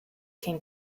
came